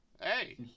Hey